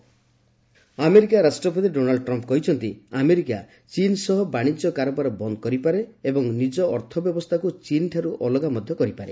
Trump decouple economy America ରାଷ୍ଟ୍ରପତି Donald Trump କହିଛନ୍ତି America ଚୀନ୍ ସହ ବାଣିଜ୍ୟ କାରବାର ବନ୍ଦ୍ କରିପାରେ ଏବଂ ନିଜ ଅର୍ଥ ବ୍ୟବସ୍ଥାକୁ ଚୀନ୍ଠାରୁ ଅଲଗା ମଧ୍ୟ କରିପାରେ